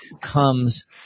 comes